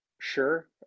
Sure